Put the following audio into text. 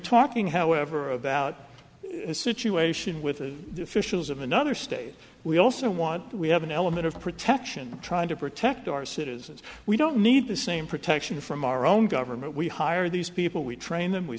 talking however about a situation with the officials of another state we also want we have an element of protection trying to protect our citizens we don't need the same protection from our own government we hire these people we train them we